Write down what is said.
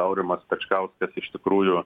aurimas pečkauskas iš tikrųjų